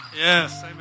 Yes